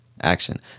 action